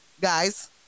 guys